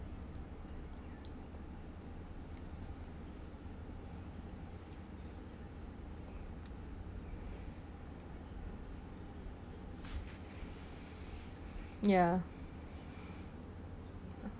ya